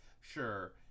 sure